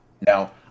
Now